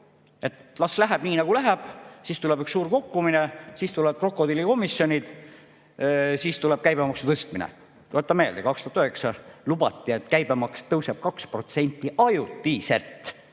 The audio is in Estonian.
Las läheb nii, nagu läheb. Siis tuleb üks suur kukkumine, siis tulevad krokodillide komisjonid, siis tuleb käibemaksu tõstmine. Tuletan meelde, et 2009 lubati, et käibemaks tõuseb 2% ajutiselt,